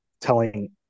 telling